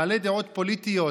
בעלי דעות פוליטיות